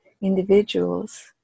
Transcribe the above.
individuals